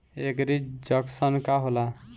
एगरी junction का होला?